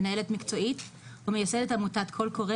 מנהלת מקצועית ומייסדת עמותת קול קורא